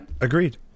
agreed